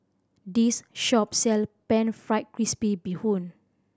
this shop sell Pan Fried Crispy Bee Hoon